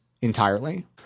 entirely